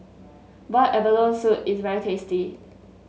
Boiled Abalone Soup is very tasty